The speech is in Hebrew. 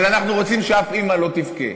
אבל אנחנו רוצים שאף אימא לא תבכה.